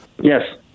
Yes